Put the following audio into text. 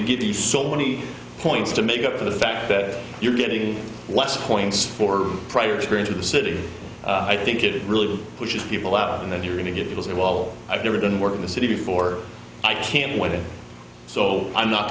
to get the so many points to make up for the fact that you're getting less points for prior experience of the city i think it really pushes people out and then you're going to get was it well i've never done work in the city before i can win it so i'm not